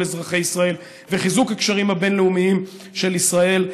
אזרחי ישראל וחיזוק הקשרים הבין-לאומיים של ישראל,